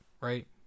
right